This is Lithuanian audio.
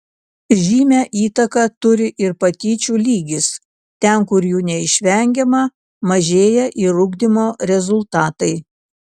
žymią įtaką turi ir patyčių lygis ten kur jų neišvengiama mažėja ir ugdymo rezultatai